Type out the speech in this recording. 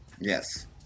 Yes